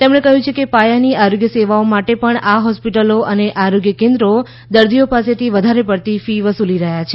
તેમણે કહ્યું છે કે પાયાની આરોગ્ય સેવાઓ માટે પણ આ હોસ્પિટલો અને આરોગ્ય કેન્દ્રો દર્દીઓ પાસેથી વધારે પડતી ફી વસૂલી રહ્યા છે